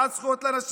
בעד זכויות לנשים,